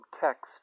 text